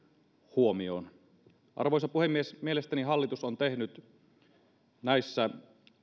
huomioon arvoisa puhemies mielestäni hallitus on tehnyt näissä